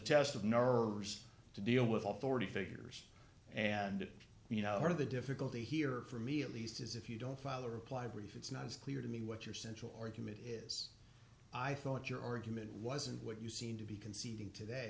test of nor are to deal with authority figures and you know one of the difficulty here for me at least is if you don't file a reply brief it's not as clear to me what your central argument is i thought your argument wasn't what you seem to be conceding today